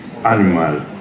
animal